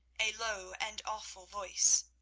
a low and awful voice.